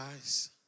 eyes